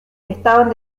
estaban